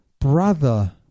brother